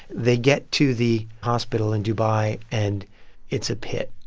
they get to the hospital in dubai, and it's a pit.